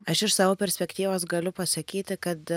aš iš savo perspektyvos galiu pasakyti kad